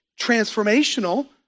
transformational